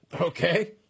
Okay